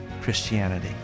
Christianity